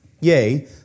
Yea